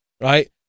right